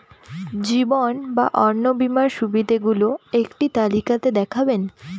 জীবন বা অন্ন বীমার সুবিধে গুলো একটি তালিকা তে দেখাবেন?